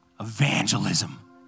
Evangelism